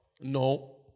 No